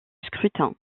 scrutin